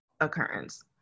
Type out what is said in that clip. occurrence